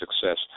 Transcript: success